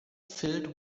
filled